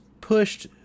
pushed